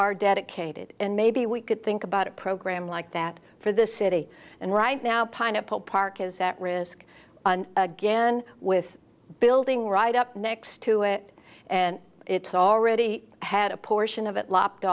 are dedicated and maybe we could think about a program like that for the city and right now pineapple park is at risk again with building right up next to it and it's already had a portion of it lo